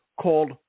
called